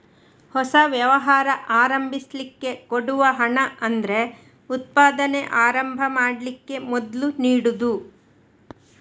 ಹೊಸ ವ್ಯವಹಾರ ಆರಂಭಿಸ್ಲಿಕ್ಕೆ ಕೊಡುವ ಹಣ ಅಂದ್ರೆ ಉತ್ಪಾದನೆ ಆರಂಭ ಮಾಡ್ಲಿಕ್ಕೆ ಮೊದ್ಲು ನೀಡುದು